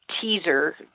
teaser